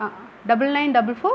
ah double nine double four